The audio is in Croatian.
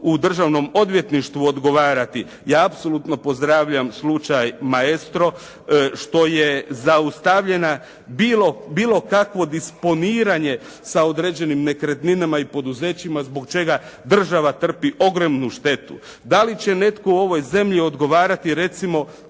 u Državnom odvjetništvu odgovarati? Ja apsolutno pozdravljam slučaj Maestro što je zaustavljena bilo, bilo kakvo disponiranje sa određenim nekretninama i poduzećima zbog čega država trpi ogromnu štetu. Da li će netko u ovoj zemlji odgovarati recimo